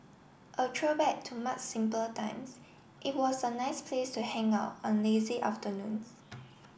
a throwback to much simpler times it was a nice place to hang out on lazy afternoons